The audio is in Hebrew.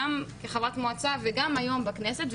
גם כחברת מועצה וגם היום בכנסת.